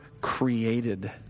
created